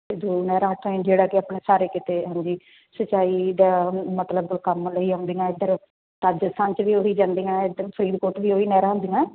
ਅਤੇ ਦੋ ਨਹਿਰਾਂ ਆਪਣੇ ਜਿਹੜਾ ਕਿ ਆਪਣੇ ਸਾਰੇ ਕਿਤੇ ਹਾਂਜੀ ਸਿੰਚਾਈ ਦਾ ਮਤਲਬ ਕੰਮ ਲਈ ਆਉਂਦੀਆਂ ਇੱਧਰ ਰਾਜਸਥਾਨ 'ਚ ਵੀ ਉਹ ਹੀ ਜਾਂਦੀਆਂ ਇੱਧਰ ਫਰੀਦਕੋਟ ਵੀ ਉਹ ਹੀ ਨਹਿਰਾਂ ਆਉਂਦੀਆਂ